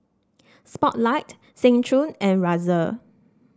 Spotlight Seng Choon and Razer